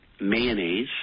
mayonnaise